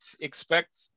expect